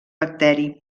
bacteri